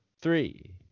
three